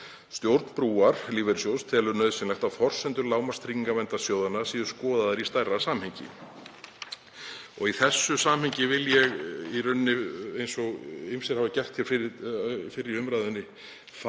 Stjórn Brúar lífeyrissjóðs telur nauðsynlegt að forsendur lágmarkstryggingaverndar sjóðanna séu skoðaðar í stærra samhengi.“ Í þessu samhengi vil ég í rauninni, eins og ýmsir hafa gert hér fyrr í umræðunni, fagna